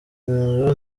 nzu